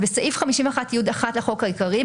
בסעיף 51י(1) לחוק העיקרי,